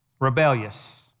rebellious